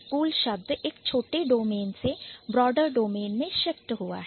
Cool शब्द एक छोटे डोमेन से Broader ब्रॉडर डोमेन में Shift शिफ्ट हुआ है